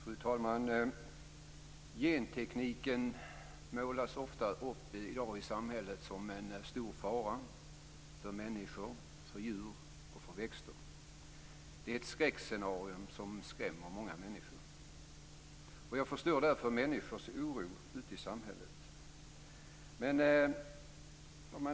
Fru talman! Gentekniken målas i dag i samhället ofta upp som en stor fara för människor, djur och växter. Det är ett skräckscenario som skrämmer många människor. Jag förstår människors oro.